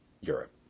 Europe